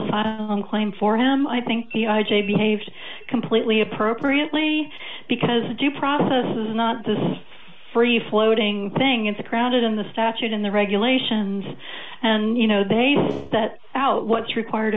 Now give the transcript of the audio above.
asylum claim for him i think the behaved completely appropriate way because due process is not this free floating thing it's a crowded in the statute and the regulations and you know they set out what's required